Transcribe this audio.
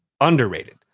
underrated